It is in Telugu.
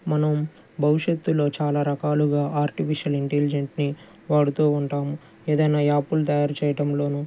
మనం భవిష్యత్తులో చాలా రకాలుగా ఆర్టిఫిషియల్ ఇంటెలిజెంట్ని వాడుతూ ఉంటాము ఏదైనా యాప్లు తయారుచేయటంలోను